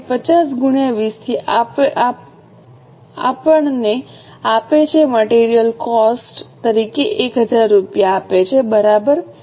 તેથી 50 ગુણ્યા 20 થી આપણને આપે છે મટીરિયલ કોસ્ટ તરીકે 1000 રૂપિયા આપે છે બરાબર